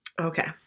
Okay